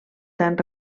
tan